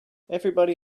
everybody